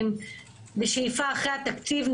בשאיפה אחרי התקציב,